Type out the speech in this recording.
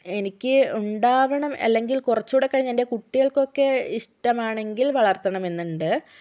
എനിക്ക് ഉണ്ടാവണം അല്ലെങ്കിൽ കുറച്ചു കൂടി കഴിഞ്ഞ് എൻറെ കുട്ടികൾക്കൊക്കെ ഇഷ്ടമാണെങ്കിൽ വളർത്തണമെന്നുണ്ട്